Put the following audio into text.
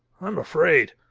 i'm afraid.